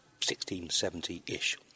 1670-ish